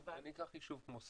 אני אקח יישוב כמו סכנין,